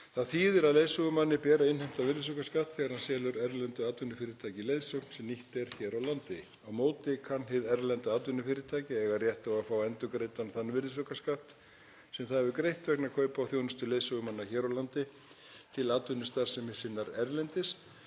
Það þýðir að leiðsögumanni ber að innheimta virðisaukaskatt þegar hann selur erlendu atvinnufyrirtæki leiðsögn sem nýtt er hér á landi. Á móti kann hið erlenda atvinnufyrirtæki að eiga rétt á að fá endurgreiddan þann virðisaukaskatt sem það hefur greitt vegna kaupa á þjónustu leiðsögumanna hér á landi til atvinnustarfsemi sinnar erlendis